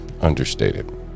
understated